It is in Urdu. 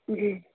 جی